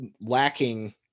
lacking